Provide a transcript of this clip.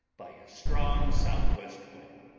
by a strong southwest wind.